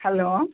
hello